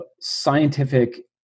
scientific